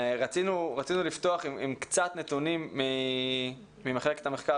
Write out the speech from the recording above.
רצינו לפתוח עם קצת נתונים ממחלקת המחקר